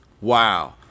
wow